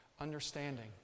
understanding